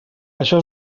això